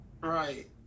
Right